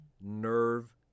nerve